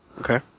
Okay